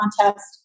contest